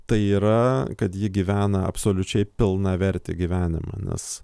tai yra kad ji gyvena absoliučiai pilnavertį gyvenimą nes